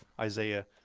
Isaiah